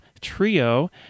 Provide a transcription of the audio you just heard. Trio